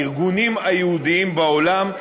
הארגונים היהודיים בעולם,